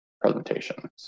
presentation